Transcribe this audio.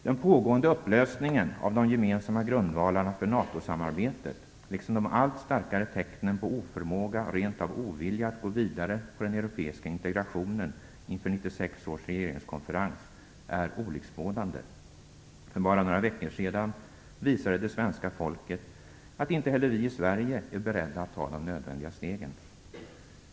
Den pågående upplösningen av de gemensamma grundvalarna för NATO-samarbetet liksom de allt starkare tecknen på oförmåga och rent av ovilja att gå vidare på den europeiska integrationen inför 1996 års regeringskonferens är olycksbådande. För bara några veckor sedan visade det svenska folket att inte heller vi i Sverige är beredda att ta de nödvändiga stegen.